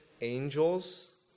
angels